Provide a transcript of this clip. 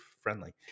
friendly